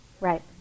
Right